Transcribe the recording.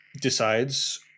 decides